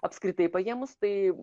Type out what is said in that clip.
apskritai paėmus tai